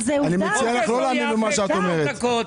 אני מציע לך לא להאמין במה שאת אומרת.